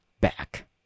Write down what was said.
back